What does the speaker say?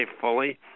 fully